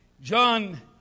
John